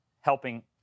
helping